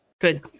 good